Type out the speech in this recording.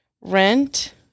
rent